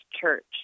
church